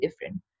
different